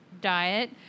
diet